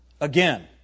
again